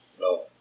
No